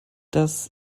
das